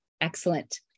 Excellent